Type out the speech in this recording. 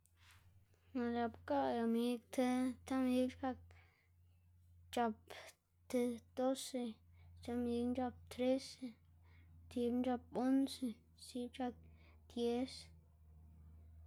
Na' c̲h̲ap gaꞌy amig. ti ti amig c̲h̲ap c̲h̲ap tib doce, stib amigna chap trese, stibna c̲h̲ap once, stib c̲h̲ap dies.